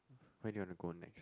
where do you want to go next